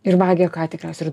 ir vagia ką tikriausiai ir